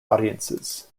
audiences